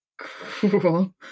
Cool